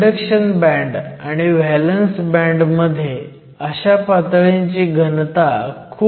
conduction band आणि valence band मध्ये अशा पातळींची घनता खूप असेल